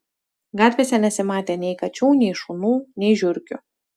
gatvėse nesimatė nei kačių nei šunų nei žiurkių